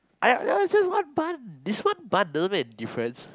I nah it's just one bun this one bun doesn't make a difference